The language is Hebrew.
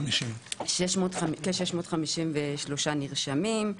653 נרשמים,